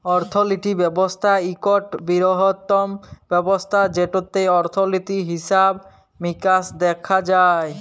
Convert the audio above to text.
অর্থলিতি ব্যবস্থা ইকট বিরহত্তম ব্যবস্থা যেটতে অর্থলিতি, হিসাব মিকাস দ্যাখা হয়